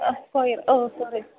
ആ square oh sorry